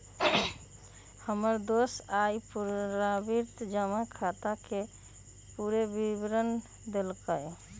हमर दोस आइ पुरनावृति जमा खताके पूरे विवरण देलक